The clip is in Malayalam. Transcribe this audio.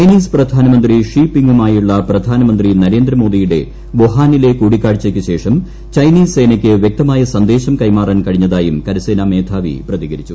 ചൈനീസ് പ്രധാനമന്ത്രി ഷീ പിങ്ങുമായുള്ള പ്രധാനമന്ത്രി നരേന്ദ്രമോദിയുടെ വുഹാനിലെ കൂടിക്കാഴ്ചയ്ക്ക് ശേഷം ചൈനീസ് സേനയ്ക്ക് വൃക്തമായ സന്ദേശം കൈമാറാൻ കഴിഞ്ഞതായും കരസേനാ മേധാവി പ്രതികരിച്ചു